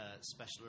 special